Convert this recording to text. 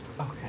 Okay